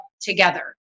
together